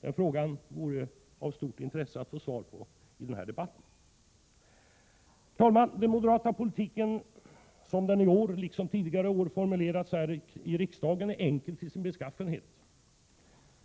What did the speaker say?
Det vore av stort intresse att få svar på den frågan i den här debatten. Herr talman! Den moderata politiken som den i år liksom tidigare år formulerats här i riksdagen är enkel till sin beskaffenhet.